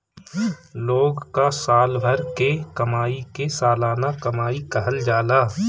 लोग कअ साल भर के कमाई के सलाना कमाई कहल जाला